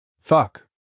Fuck